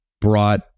brought